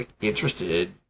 interested